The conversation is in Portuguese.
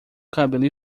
cabelo